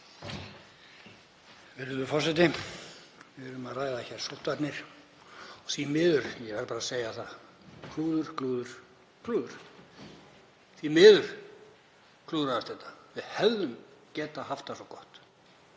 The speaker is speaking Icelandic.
Við erum að ræða hér sóttvarnir og því miður, ég verð bara að segja það: Klúður, klúður, klúður. Því miður klúðraðist þetta. Við hefðum getað haft það svo gott.